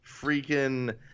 freaking